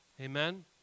Amen